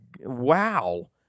wow